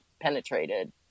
penetrated